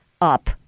up